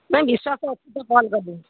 ନାହିଁ ବିଶ୍ୱାସ ଅଛି ତ କଲ କଲି